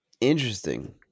Interesting